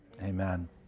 Amen